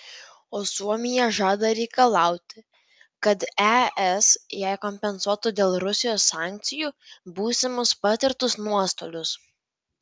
o suomija žada reikalauti kad es jai kompensuotų dėl rusijos sankcijų būsimus patirtus nuostolius